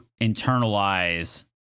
internalize